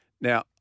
Now